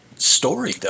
Story